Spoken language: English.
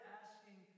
asking